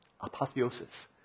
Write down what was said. Apotheosis